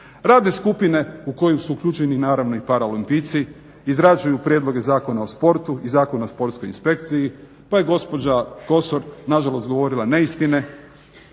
radne skupine u koje su uključeni naravno i paraolimpijci izrađuju prijedloge Zakona o sportu i Zakon o sportskoj inspekciji, pa i gospođa Kosor nažalost govorila neistine,